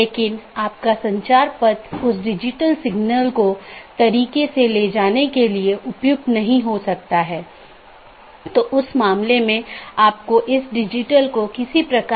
इसलिए हमारा मूल उद्देश्य यह है कि अगर किसी ऑटॉनमस सिस्टम का एक पैकेट किसी अन्य स्थान पर एक ऑटॉनमस सिस्टम से संवाद करना चाहता है तो यह कैसे रूट किया जाएगा